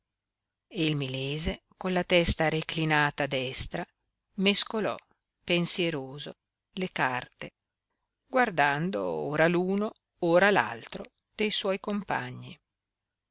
e il milese con la testa reclinata a destra mescolò pensieroso le carte guardando ora l'uno ora l'altro dei suoi compagni